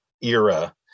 era